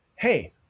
hey